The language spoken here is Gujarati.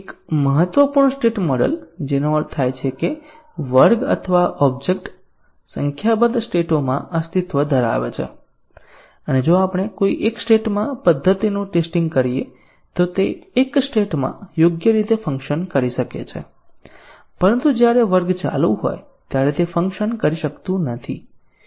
એક મહત્વપૂર્ણ સ્ટેટ મોડેલ જેનો અર્થ થાય છે કે વર્ગ અથવા ઓબ્જેક્ટ સંખ્યાબંધ સ્ટેટોમાં અસ્તિત્વ ધરાવે છે અને જો આપણે કોઈ એક સ્ટેટમાં પદ્ધતિનું ટેસ્ટીંગ કરીએ તો તે એક સ્ટેટમાં યોગ્ય રીતે ફંક્શન કરી શકે છે પરંતુ જ્યારે વર્ગ ચાલુ હોય ત્યારે તે ફંક્શન કરી શકતું નથી